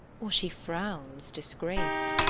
or she frowns disgrace,